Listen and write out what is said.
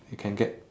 can get